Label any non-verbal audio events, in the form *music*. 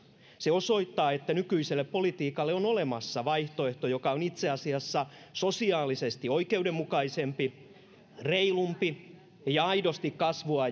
se osoittaa että nykyiselle politiikalle on olemassa vaihtoehto joka on itse asiassa sosiaalisesti oikeudenmukaisempi reilumpi ja aidosti kasvua *unintelligible*